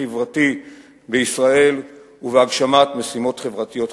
חברתי בישראל ולהגשמת משימות חברתיות חשובות.